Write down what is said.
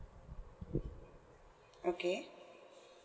okay